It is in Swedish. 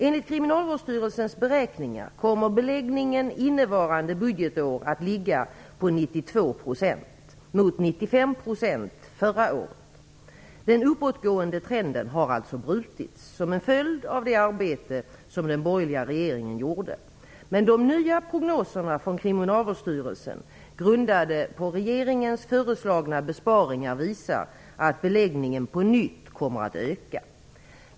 Enligt Kriminalvårdsstyrelsens beräkningar kommer beläggningen innevarande budgetår att ligga på 92 %, mot 95 % förra året. Den uppåtgående trenden har alltså brutits som en följd av det arbete som den borgerliga regeringen gjorde. Men de nya prognoserna från Kriminalvårdsstyrelsen, grundade på regeringens föreslagna besparingar, visar att beläggningen på nytt kommer att öka.